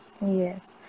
yes